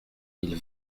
mille